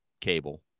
cable